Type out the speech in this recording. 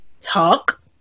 Talk